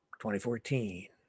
2014